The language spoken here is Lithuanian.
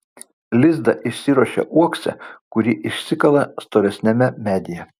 lizdą įsiruošia uokse kurį išsikala storesniame medyje